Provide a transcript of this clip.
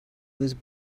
was